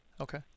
Okay